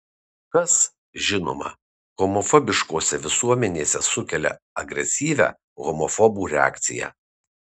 kas žinoma homofobiškose visuomenėse sukelia agresyvią homofobų reakciją